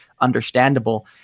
understandable